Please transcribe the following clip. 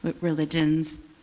religions